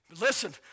Listen